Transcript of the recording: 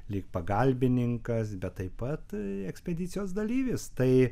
lyg pagalbininkas bet taip pat ekspedicijos dalyvis tai